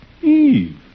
Eve